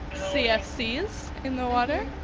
cfcs in the water,